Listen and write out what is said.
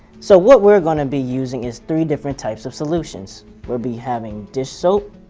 so what we're gonna be using is three different types of solutions will be having dish soap,